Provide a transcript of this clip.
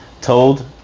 told